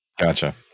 gotcha